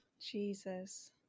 Jesus